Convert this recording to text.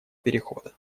перехода